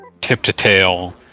tip-to-tail